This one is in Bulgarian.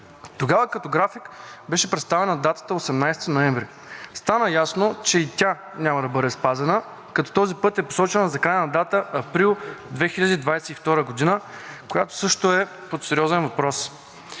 Тогава като график беше представена датата 18 ноември. Стана ясно, че и тя няма да бъде спазена, като този път е посочена за крайна дата април 2023 г., която също е под сериозен въпрос.